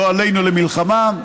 לא עלינו, למלחמה,